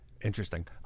Interesting